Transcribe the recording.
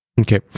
Okay